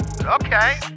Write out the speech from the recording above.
Okay